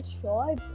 sure